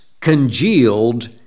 congealed